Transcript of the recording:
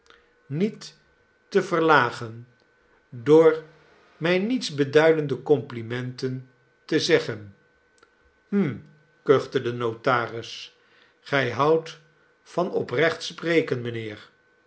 niet te verlagen door mij nietsbeduidende complimenten te zeggen hm kuchte de notaris gij houdt van oprecht spreken mijnheer